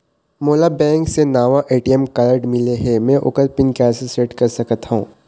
मोला बैंक से नावा ए.टी.एम कारड मिले हे, म ओकर पिन कैसे सेट कर सकत हव?